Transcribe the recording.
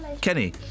Kenny